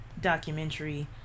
documentary